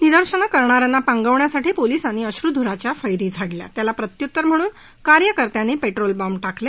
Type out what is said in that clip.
निदर्शनं करणाऱ्यांना पांगवण्यासाठी पोलिसांनी अश्रधुराच्या फैरी झाडल्या त्याला प्रत्युत्तर म्हणून कार्यकर्त्यांनी पेट्रोलबॉम्ब टाकले